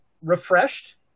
refreshed